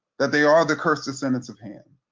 that they are the cursed descendants of han?